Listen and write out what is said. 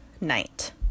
night